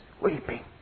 weeping